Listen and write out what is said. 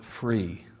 Free